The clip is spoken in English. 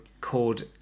called